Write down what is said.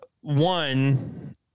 one